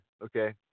Okay